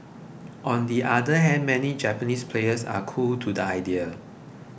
on the other hand many Japanese players are cool to the idea